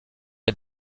est